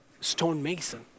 stonemason